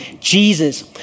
Jesus